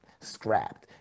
scrapped